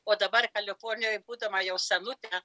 o dabar kalifornijoj būdama jau senutė